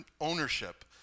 ownership